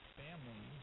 family